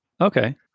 Okay